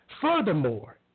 Furthermore